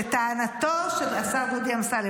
לטענתו של השר דודי אמסלם,